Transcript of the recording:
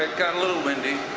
got a little windy.